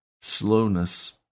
slowness